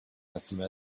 customer